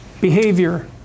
behavior